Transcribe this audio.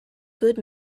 good